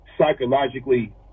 psychologically